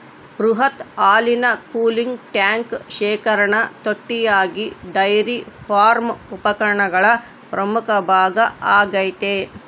ಬೃಹತ್ ಹಾಲಿನ cooling tank ಶೇಖರಣಾ ತೊಟ್ಟಿಯಾಗಿ ಡೈರಿ ಫಾರ್ಮ್ ಉಪಕರಣಗಳ ಪ್ರಮುಖ ಭಾಗ ಆಗೈತೆ